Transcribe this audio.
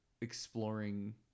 exploring